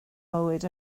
mywyd